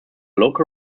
local